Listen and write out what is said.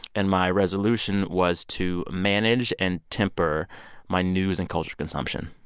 and my resolution was to manage and temper my news and cultural consumption.